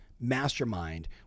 mastermind